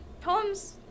poems